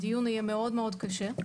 הדיון יהיה מאוד מאוד קשה.